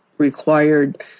Required